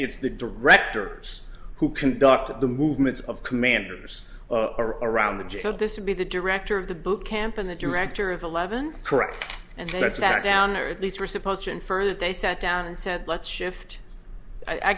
it's the directors who conducted the movements of commanders around the so this would be the director of the boot camp and the director of eleven correct and that's sat down or at least we're supposed to infer that they sat down and said let's shift i